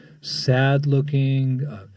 sad-looking